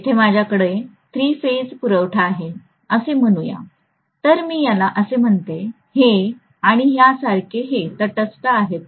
येथे माझ्याकडे three phase पुरवठा आहे असे म्हणू या तर मी याला असे म्हणते हे आणि यासारखे आणि हे तटस्थ आहे